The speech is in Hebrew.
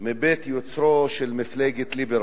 מבית היוצר של מפלגת ליברמן,